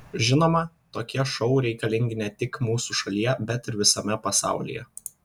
žinoma tokie šou reikalingi ne tik mūsų šalyje bet ir visame pasaulyje